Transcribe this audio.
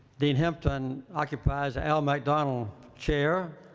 dean hampton occupies the al mcdonald chair.